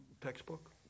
textbook